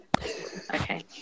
Okay